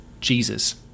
Jesus